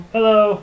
Hello